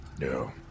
No